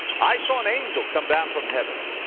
i saw an angel come down from heaven,